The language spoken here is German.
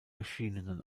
erschienenen